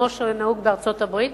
כמו שנהוג בארצות-הברית,